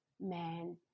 man